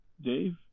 Dave